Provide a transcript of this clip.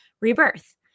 rebirth